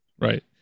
Right